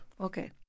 Okay